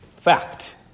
Fact